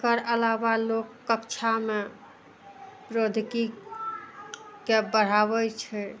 एकर अलावा लोक कक्षामे प्राद्योगिकीके बढ़ाबय छै